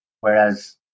whereas